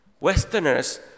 Westerners